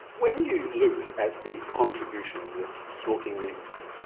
when you look at the contribution that smoking makes,